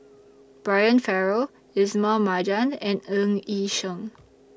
Brian Farrell Ismail Marjan and Ng Yi Sheng